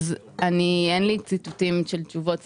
אין לי ציטוטים של תשובות ספציפיות.